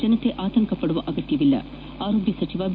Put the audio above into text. ಜನತೆ ಆತಂಕಪಡುವ ಅಗತ್ತವಿಲ್ಲ ಆರೋಗ್ನ ಸಚಿವ ಬಿ